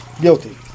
guilty